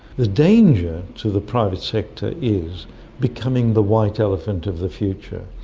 the danger to the private sector is becoming the white elephant of the future.